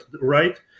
right